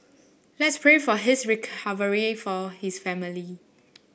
let's pray for his recovery it for his family